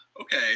okay